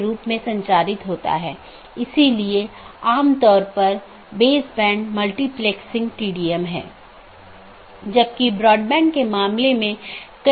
त्रुटि स्थितियों की सूचना एक BGP डिवाइस त्रुटि का निरीक्षण कर सकती है जो एक सहकर्मी से कनेक्शन को प्रभावित करने वाली त्रुटि स्थिति का निरीक्षण करती है